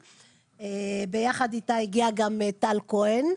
וביחד איתה הגיעה טל כהן,